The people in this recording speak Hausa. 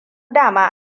dama